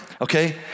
okay